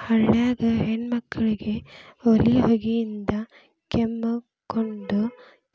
ಹಳ್ಯಾಗ ಹೆಣ್ಮಕ್ಕಳಿಗೆ ಒಲಿ ಹೊಗಿಯಿಂದ ಕೆಮ್ಮಕೊಂದ